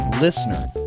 listener